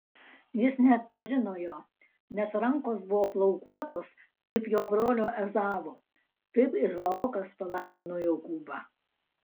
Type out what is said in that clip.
jis neatpažino jo nes rankos buvo plaukuotos kaip jo brolio ezavo taip izaokas palaimino jokūbą